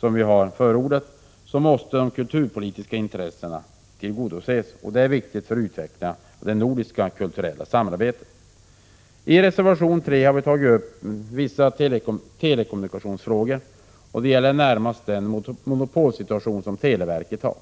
som vi har förordat, måste de kulturpolitiska intressena tillgodoses. Det är viktigt för utvecklingen av det nordiska kulturella samarbetet. I reservation 3 har vi tagit upp vissa telekommunikationsfrågor. Närmast gäller det den monopolsituation som televerket har.